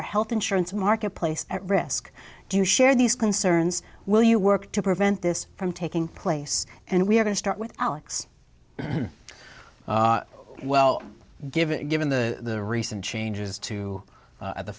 our health insurance marketplace at risk do you share these concerns will you work to prevent this from taking place and we're going to start with alex well given given the recent changes to at the